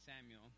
Samuel